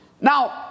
Now